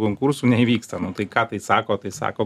konkursų neįvyksta nu tai ką tai sako tai sako